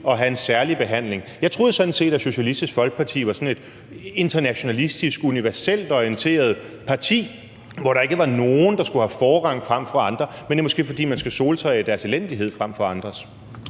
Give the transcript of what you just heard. og have en særlig behandling? Jeg troede sådan set, at Socialistisk Folkeparti var sådan et internationalistisk, universelt orienteret parti, hvor der ikke var nogen, der skulle have forrang frem for andre. Men det er måske, fordi man skal sole sig i deres elendighed frem for andres?